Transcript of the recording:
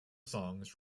songs